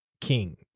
king